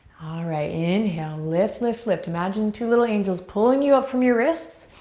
alright, inhale. lift, lift, lift. imagine two little angels pulling you up from your wrists.